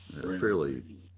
fairly